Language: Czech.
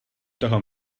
toho